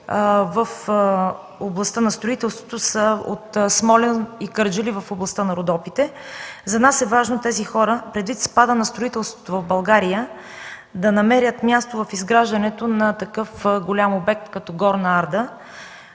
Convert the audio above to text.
в областта на строителството са от Смолян и Кърджали – в областта на Родопите. За нас е важно тези хора, предвид спада на строителството в България, да намерят място в изграждането на такъв голям обект като „Горна Арда”.